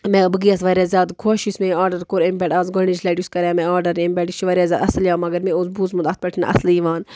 مےٚ بہٕ گٔیَس واریاہ زیاد خۄش یُس مےٚ یہِ آرڈَر کوٚر أمۍ پٮ۪ٹھ آز گۄڈٕنِچ لَتہِ یُس کَرے مےٚ آرڈَر أمۍ پٮ۪ٹھ یہِ چھُ واریاہ زیادٕ اصٕل مگر مےٚ اوس بوٗزمت اَتھ پٮ۪ٹھ چھِنہٕ اَصلٕے یِوان